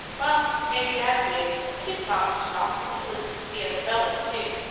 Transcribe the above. well, maybe i did but it taught me to talk, and to listen to the other fellows too.